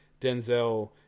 Denzel